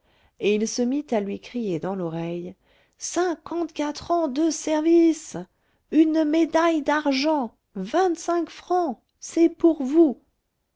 et il se mit là lui crier dans l'oreille cinquante-quatre ans de service une médaille d'argent vingtcinq francs c'est pour vous